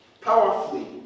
Powerfully